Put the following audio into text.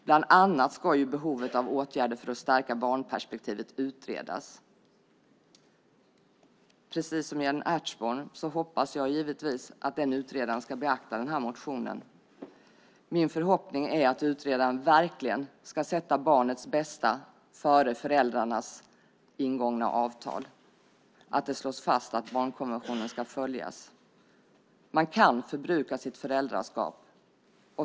Bland annat ska behovet av åtgärder för att stärka barnperspektivet utredas. Precis som Jan Ertsborn hoppas jag givetvis att utredaren ska beakta denna motion. Min förhoppning är att utredaren verkligen ska sätta barnets bästa före föräldrarnas ingångna avtal och att det slås fast att barnkonventionen ska följas. Man kan förbruka sitt föräldraskap.